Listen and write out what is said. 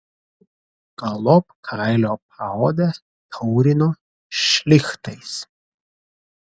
galop kailio paodę taurino šlichtais